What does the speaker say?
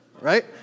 right